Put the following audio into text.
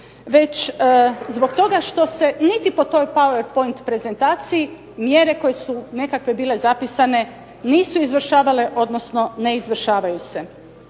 već zbog toga što se niti po toj powerpoint prezentaciji mjere koje su nekakve bile zapisane nisu izvršavale odnosno ne izvršavaju se.